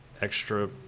extra